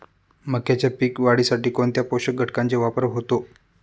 मक्याच्या पीक वाढीसाठी कोणत्या पोषक घटकांचे वापर होतो?